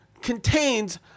contains